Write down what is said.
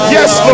Yes